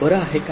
बरं आहे का